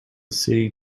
city